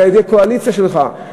על-ידי הקואליציה שלך.